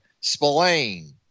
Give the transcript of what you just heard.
Spillane